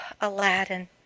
Aladdin